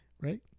right